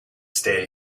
stay